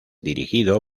dirigido